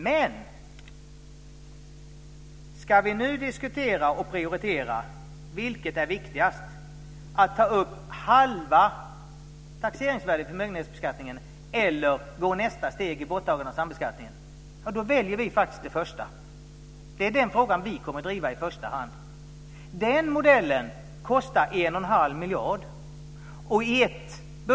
Men om vi nu ska diskutera och prioritera vilket som är viktigast, att ta upp halva taxeringsvärdet i förmögenhetsbeskattningen eller gå nästa i steg i borttagandet av sambeskattningen, väljer vi faktiskt det första. Det är den frågan vi i första hand kommer att driva. Den modellen kostar 1 1⁄2 miljard.